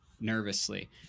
nervously